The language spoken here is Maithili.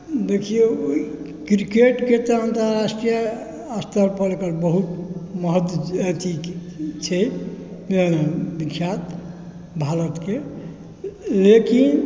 देखिऔ क्रिकेटके तऽ अन्तर्राष्ट्रीय स्तर पर एकर बहुत महत्व अथी छै विख्यात भारतके लेकिन